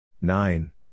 Nine